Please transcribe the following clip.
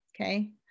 Okay